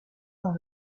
dans